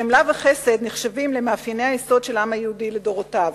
חמלה וחסד נחשבים למאפייני היסוד של העם היהודי לדורותיו,